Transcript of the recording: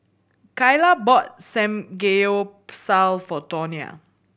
Kaila bought Samgeyopsal for Tonia